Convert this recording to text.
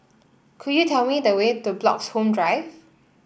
could you tell me the way to Bloxhome Drive